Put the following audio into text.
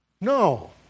No